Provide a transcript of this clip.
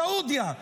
סעודיה,